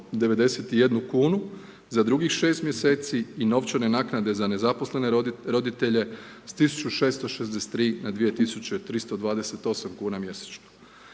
3991 kunu za drugih 6 mjeseci i novčane naknade za nezaposlene roditelje sa 1663 na 2328 kuna mjesečno.